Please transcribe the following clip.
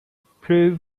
prove